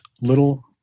little